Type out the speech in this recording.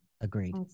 Agreed